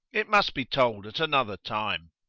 it must be told at another time.